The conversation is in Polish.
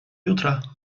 jutra